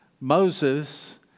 Moses